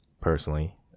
Personally